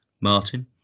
martin